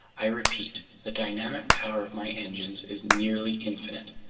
i repeat the dynamic power of my engines is nearly infinite.